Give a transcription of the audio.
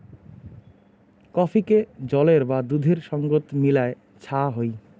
কফিকে জলের বা দুধের সঙ্গত মিলায় ছা হই